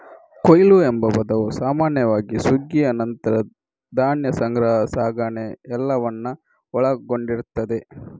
ಕೊಯ್ಲು ಎಂಬ ಪದವು ಸಾಮಾನ್ಯವಾಗಿ ಸುಗ್ಗಿಯ ನಂತರ ಧಾನ್ಯ ಸಂಗ್ರಹ, ಸಾಗಣೆ ಎಲ್ಲವನ್ನ ಒಳಗೊಂಡಿರ್ತದೆ